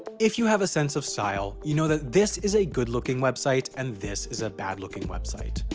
if you have a sense of style, you know that this is a good looking website and this is a bad looking website.